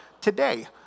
today